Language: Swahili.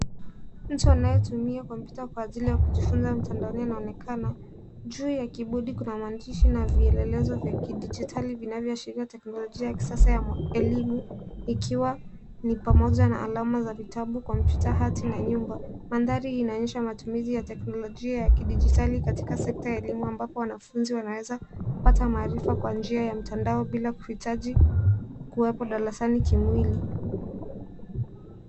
Mtu anayetumia kompyuta kwa ajili ya kujifunza mtandaoni anaonekana. Juu ya kiibodi kuna maandishi na vielelezo za kidijitali vinavyoashiria teknolojia ya kisasa ya elimu, ikiwa ni pamoja na alama za vitabu, kompyuta, hati na nyumba. Mandhari hii inaonyesha matumizi ya teknolojia ya kidijitali katika sekta ya elimu, ambapo wanafunzi wanaweza kupata maarifa kwa njia ya mtandao bila kuhitaji kuwepo darasani kimwili.